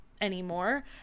anymore